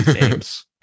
Names